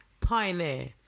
Pioneer